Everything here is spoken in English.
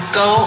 go